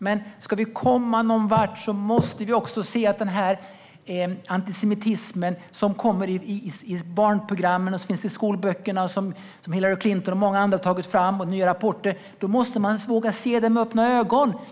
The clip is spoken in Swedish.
Men ska vi komma någonvart måste vi se den antisemitism som kommer i barnprogrammen och finns i skolböckerna och som Hillary Clinton och många andra har tagit fram rapporter om. Vi måste våga se den med öppna ögon.